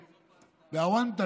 באוונטה,